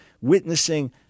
witnessing